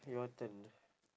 K your turn